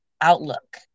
outlook